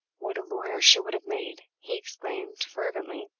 what a lawyer she would have made, he exclaimed, fervently,